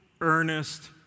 earnest